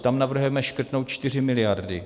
Tam navrhujeme škrtnout 4 miliardy.